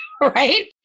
right